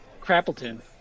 Crappleton